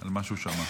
על מה שהוא שמע.